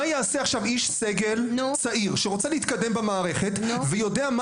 מה יעשה עכשיו איש סגל צעיר שרוצה להתקדם במערכת ויודע מה